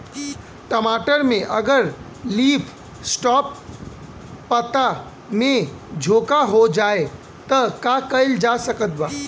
टमाटर में अगर लीफ स्पॉट पता में झोंका हो जाएँ त का कइल जा सकत बा?